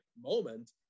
moment